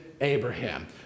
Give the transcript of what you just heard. Abraham